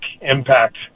impact